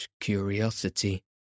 curiosity